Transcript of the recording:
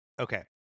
Okay